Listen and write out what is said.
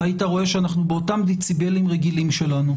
היית רואה שאנחנו באותם דציבלים רגילים שלנו.